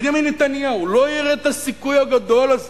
בנימין נתניהו לא יראה את הסיכוי הגדול הזה